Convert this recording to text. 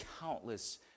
countless